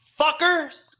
Fuckers